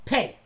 Pay